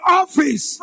office